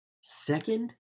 Second